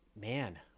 man